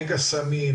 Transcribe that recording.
נגע סמים,